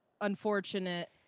unfortunate